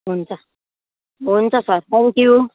हुन्छ हुन्छ sir thank you